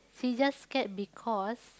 she just scared because